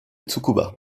tsukuba